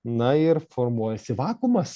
na ir formuojasi vakuumas